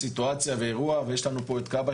סיטואציה ואירוע ויש לנו פה את כב"ה